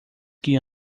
que